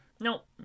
nope